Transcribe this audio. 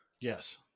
Yes